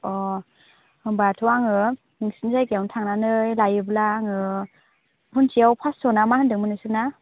अ होमब्लाथ' आङो नोंसिनि जायगायावनो थांनानै लायोब्ला आङो फनसेयाव पास्स'ना मा होन्दोंमोन नोंसोरना